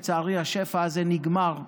לצערי, השפע הזה נגמר ב-1985,